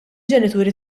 ġenituri